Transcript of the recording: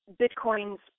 Bitcoin's